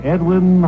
Edwin